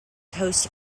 host